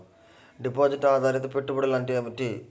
Deposit ఆధారిత పెట్టుబడులు అంటే ఏమిటి?